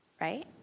Right